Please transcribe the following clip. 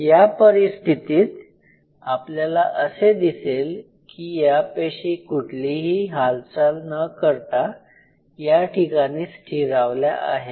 या परिस्थितीत आपल्याला असे दिसेल की या पेशी कुठलीही हालचाल न करता या ठिकाणी स्थिरावल्या आहेत